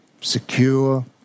secure